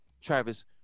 Travis